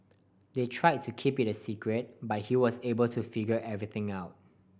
they try to keep it a secret but he was able to figure everything out